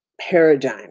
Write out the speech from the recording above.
paradigm